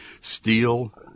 steel